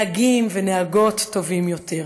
נהגים ונהגות טובים יותר,